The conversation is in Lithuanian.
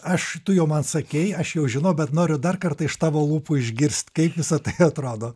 aš tu jau man sakei aš jau žinau bet noriu dar kartą iš tavo lūpų išgirst kaip visa tai atrodo